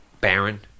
Baron